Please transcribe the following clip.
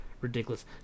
ridiculous